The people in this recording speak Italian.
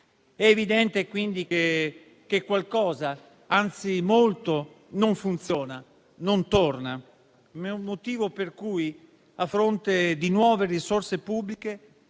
È evidente, quindi, che qualcosa, anzi molto non torna e non funziona. Ma è il motivo per cui, a fronte di nuove risorse pubbliche,